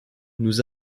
nous